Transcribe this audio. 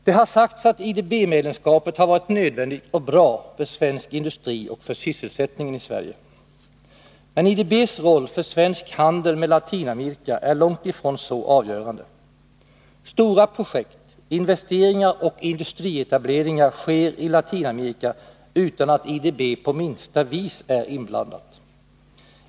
Det har sagts att IDB-medlemskapet har varit nödvändigt och bra för svensk industri och för sysselsättningen i Sverige. Men IDB:s roll för svensk handel med Latinamerika är långt ifrån så avgörande. Stora projekt, investeringar och industrietableringar sker i Latinamerika utan att IDB på minsta vis är inblandat.